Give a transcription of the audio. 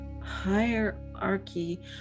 hierarchy